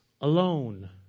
alone